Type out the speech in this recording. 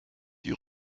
die